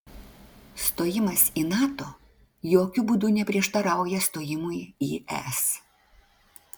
stojimas į nato jokiu būdu neprieštarauja stojimui į es